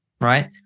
right